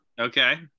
Okay